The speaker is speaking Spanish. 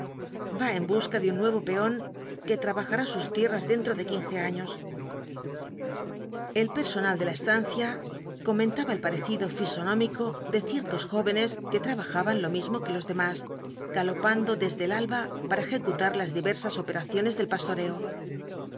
va en busca de un nuevo peón que trabajará sus tierras dentro de quince años el personal de la estancia comentaba el parecido flsonómico de ciertos jóvenes que trabajaban lo mismo que los demás galopando desde el alba para ejecutar las diversas operaciones del pastoreo